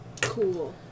Cool